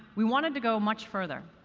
we wanted to go much further.